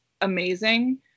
amazing